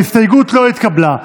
ההסתייגות לא התקבלה.